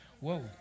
Whoa